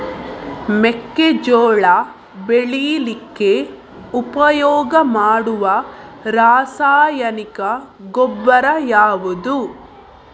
ಮೆಕ್ಕೆಜೋಳ ಬೆಳೀಲಿಕ್ಕೆ ಉಪಯೋಗ ಮಾಡುವ ರಾಸಾಯನಿಕ ಗೊಬ್ಬರ ಯಾವುದು?